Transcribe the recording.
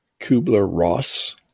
Kubler-Ross